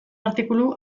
artikulu